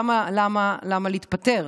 למה להתפטר?